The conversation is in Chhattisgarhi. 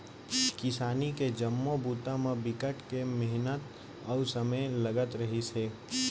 किसानी के जम्मो बूता म बिकट के मिहनत अउ समे लगत रहिस हे